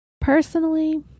Personally